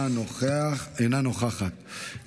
נוכחת,